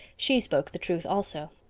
she spoke the truth also.